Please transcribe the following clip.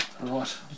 Right